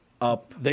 up